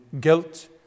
guilt